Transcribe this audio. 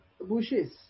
bushes